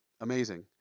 amazing